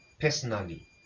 personally